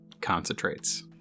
concentrates